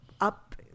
up